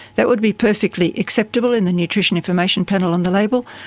that would be perfectly acceptable in the nutrition information panel on the label,